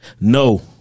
No